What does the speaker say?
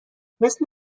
مثل